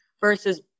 versus